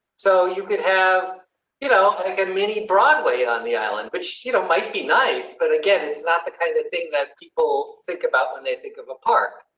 so, you could have you know a mini broadway on the island, but she you know might be nice. but again, it's not the kind of of thing that people think about when they think of a park.